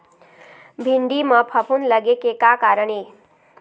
भिंडी म फफूंद लगे के का कारण ये?